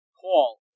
Paul